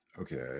Okay